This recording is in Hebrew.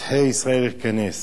נידחי ישראל יכנס".